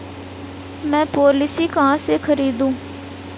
मैं पॉलिसी कहाँ से खरीदूं?